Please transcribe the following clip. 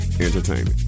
entertainment